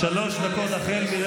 חבר הכנסת לפיד